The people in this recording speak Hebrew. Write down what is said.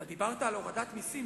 אבל דיברת על הורדת מסים.